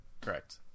correct